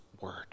word